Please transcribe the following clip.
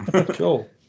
Cool